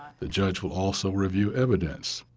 the judge will also review evidence.